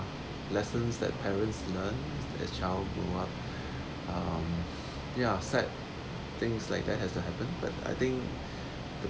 lessons that parents learn as the child grow up um ya sad things like that has to happen but I think